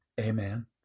Amen